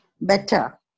better